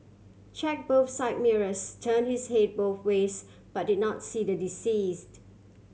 check both side mirrors turn his head both ways but did not see the deceased